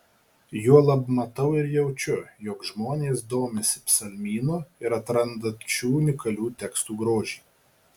juolab matau ir jaučiu jog žmonės domisi psalmynu ir atranda šių unikalių tekstų grožį